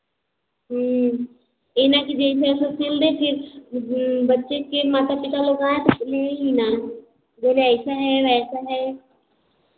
यह ना कीजिए सिल दें फिर बच्चे के माता पिता लोग आएँ तो ले ही ना बोले ऐसा है वैसा है